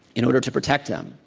in order to protect them.